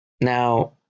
now